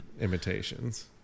imitations